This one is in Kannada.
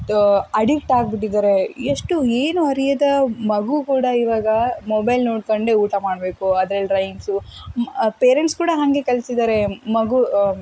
ಅಡಿಕ್ಟ್ ಆಗಿಬಿಟ್ಟಿದ್ದಾರೆ ಎಷ್ಟು ಏನು ಅರಿಯದ ಮಗು ಕೂಡ ಇವಾಗ ಮೊಬೈಲ್ ನೋಡ್ಕೊಂಡೇ ಊಟ ಮಾಡಬೇಕು ಅದ್ರಲ್ಲಿ ರೈಮ್ಸು ಪೇರೆಂಟ್ಸ್ ಕೂಡ ಹಾಗೆ ಕಲಿಸಿದ್ದಾರೆ ಮಗು